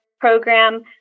program